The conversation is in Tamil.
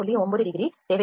9 டிகிரி தேவைப்படும்